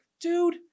dude